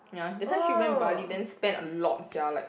ya that's why she went Bali then spend a lot sia like